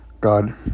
God